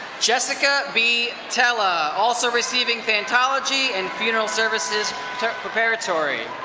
jessica b. teller, also receiving thanatology and funeral services preparatory.